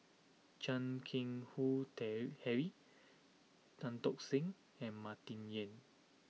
Chan Keng Howe tale Harry Tan Tock Seng and Martin Yan